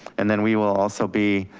and then we will also be